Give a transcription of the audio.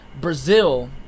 Brazil